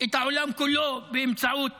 את העולם כולו באמצעות